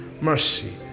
mercy